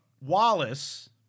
Wallace